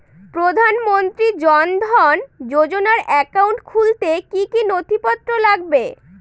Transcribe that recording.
প্রধানমন্ত্রী জন ধন যোজনার একাউন্ট খুলতে কি কি নথিপত্র লাগবে?